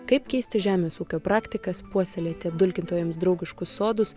kaip keisti žemės ūkio praktikas puoselėti apdulkintojams draugiškus sodus